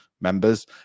members